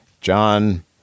John